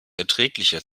erträglicher